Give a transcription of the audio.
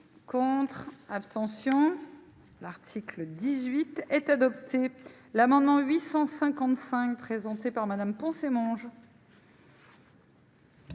contre, abstention, l'article 18 est adopté, l'amendement 855 présentée par Madame Poncet mange.